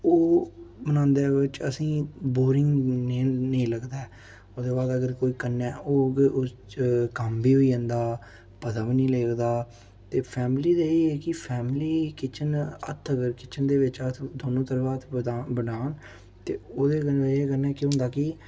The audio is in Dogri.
ओह् बनांदे बिच्च असेंगी बोरिंग नेईं नेईं लगदा ऐ ओह्दे बाद अगर कोई कन्नै होग उस च कम्म बी होई जंदा पता बी नी लगदा ते फैमली दा एह् ऐ कि फैमली किचन हत्थ अगर किचन दे बिच्च हत्थ दोनो तरफ हत्थ बडाह्न ओह्दे कन्नै केह् होंदा कि